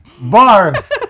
Bars